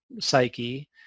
psyche